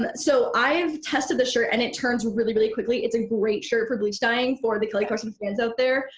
and so i've tested this shirt and it turns really, really quickly. it's a great shirt for bleach dying for the kelly clarkson fans out there.